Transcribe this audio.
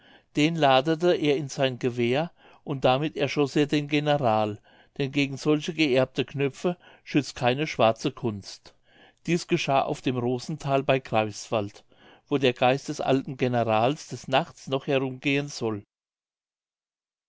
den ladete er in sein gewehr und damit erschoß er den general denn gegen solche geerbte knöpfe schützt keine schwarze kunst dies geschah auf dem rosenthal bei greifswald wo der geist des alten generals des nachts noch herumgehen soll